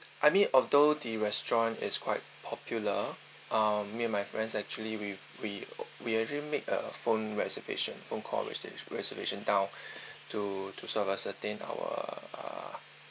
I mean although the restaurant is quite popular um me and my friends actually we we we already make a phone reservations phone call reserva~ reservation down to to sort of setting our uh